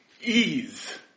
ease